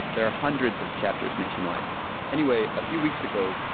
there are hundreds of chapters nationwide anyway, a few weeks ago,